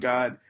God